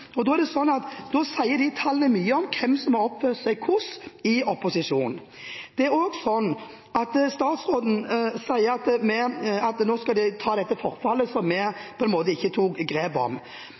da de satt i opposisjon. Fremskrittspartiet lovet 45 mrd. kr mer enn oss hvert eneste år. Da sier disse tallene mye om hvem som har oppført seg hvordan i opposisjon. Statsråden sier at nå skal de ta dette forfallet som vi på en måte ikke tok grep om.